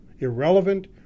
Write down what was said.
Irrelevant